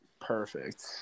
Perfect